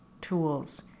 tools